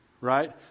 Right